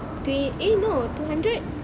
twe~ eh no two hundred